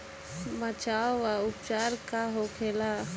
बचाव व उपचार का होखेला?